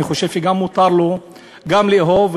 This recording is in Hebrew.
אני חושב שמותר לו גם לאהוב,